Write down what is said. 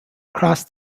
crossed